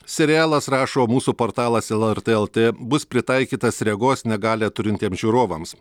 serialas rašo mūsų portalas lrt lt bus pritaikytas regos negalią turintiem žiūrovams